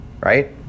Right